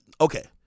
Okay